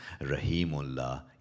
Rahimullah